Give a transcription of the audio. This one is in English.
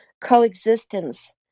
coexistence